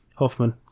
Hoffman